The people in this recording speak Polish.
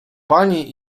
pani